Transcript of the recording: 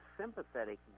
sympathetic